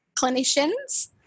clinicians